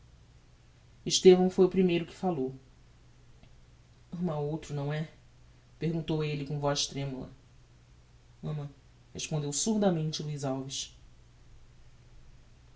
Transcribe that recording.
estevão foi o primeiro que falou ama a outro não é perguntou elle com a voz tremula ama respondeu surdamente luiz alves